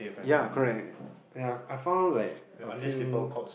ya correct ya I found like a few